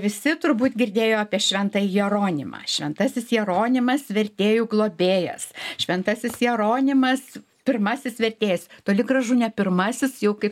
visi turbūt girdėjo apie šventąjį jeronimą šventasis jeronimas vertėjų globėjas šventasis jeronimas pirmasis vertėjas toli gražu ne pirmasis jau kaip